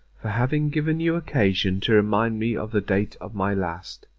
for having given you occasion to remind me of the date of my last.